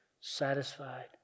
satisfied